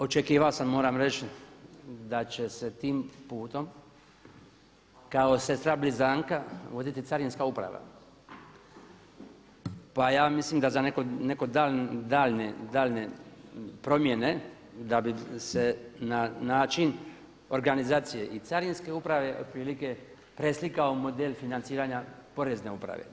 Očekivao sam moram reći da će se tim putom kao sestra blizanka voditi Carinska uprava, pa ja mislim da za neko daljnje promjene da bi se na način organizacije i Carinske uprave otprilike preslikao model financiranja Porezne uprave.